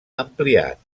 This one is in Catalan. ampliat